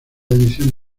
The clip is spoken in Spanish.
edición